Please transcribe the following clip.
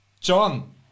John